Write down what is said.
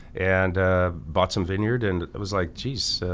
and bought some vineyard and it was like geez,